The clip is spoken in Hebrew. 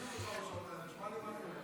ושומעים אותך בשעות האלה, שמע מה אני אומר לך.